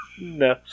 No